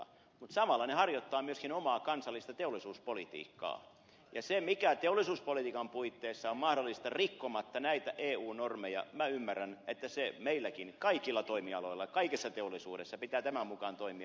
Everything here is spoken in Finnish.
mutta samalla ne harjoittavat myöskin omaa kansallista teollisuuspolitiikkaansa ja minä ymmärrän että sen mukaan mikä teollisuuspolitiikan puitteissa on mahdollista rikkomatta näitä eu normeja meilläkin kaikilla toimialoilla kaikessa teollisuudessa pitää toimia